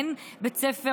אין בית ספר,